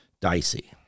dicey